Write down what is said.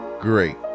great